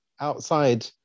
Outside